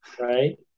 Right